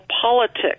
politics